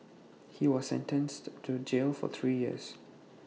he was sentenced to jail for three years